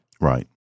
Right